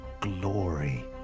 glory